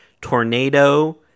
tornado